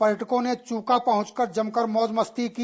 पर्यटकों ने चूका पहुंचकर जमकर मौज मस्ती की